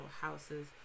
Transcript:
houses